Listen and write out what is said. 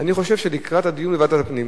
אני חושב שלקראת הדיון בוועדת הפנים,